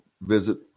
visit